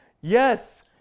yes